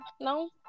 No